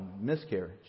miscarriage